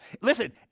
Listen